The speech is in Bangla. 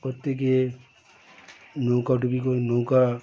করতে গিয়ে নৌকাডুবি করে নৌকা